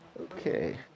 Okay